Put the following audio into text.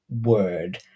word